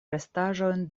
restaĵojn